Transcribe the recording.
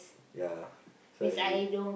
ya so I feel